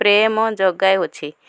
ପ୍ରେମ ଯୋଗାଉଛି